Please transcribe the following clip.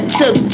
took